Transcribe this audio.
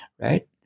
right